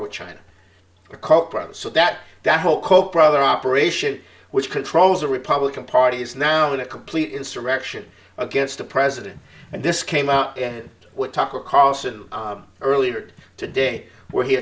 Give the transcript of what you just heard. with china copra so that the whole coke brother operation which controls the republican party is now in a complete insurrection against the president and this came out in what tucker carlson earlier today where he